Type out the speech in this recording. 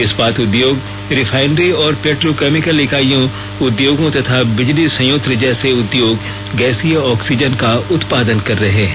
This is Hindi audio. इस्पात उद्योग रिफाइनरी और पेट्रोकैमिकल इंकाइयों उद्योगों तथा बिजली संयंत्र जैसे उद्योग गैसीय ऑक्सीजन का उत्पादन कर रहे हैं